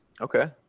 Okay